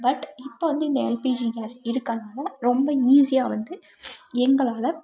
but இப்போ வந்து இந்த எல்பிஜி கேஸ் இருக்கறனால ரொம்ப ஈஸியாக வந்து எங்களால்